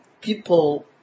people